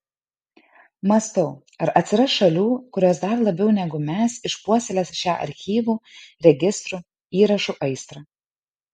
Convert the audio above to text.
mąstau ar atsiras šalių kurios dar labiau negu mes išpuoselės šią archyvų registrų įrašų aistrą